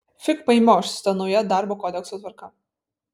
fig paimioš su ta nauja darbo kodekso tvarka